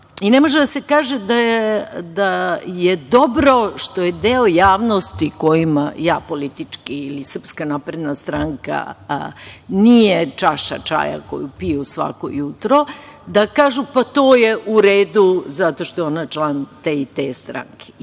Ne može da se kaže da je dobro što je deo javnosti kojima ja politički ili SNS nije čaša čaja koju piju svako jutro, da kažu – pa, to je u redu, zato što je ona član te i te stranke.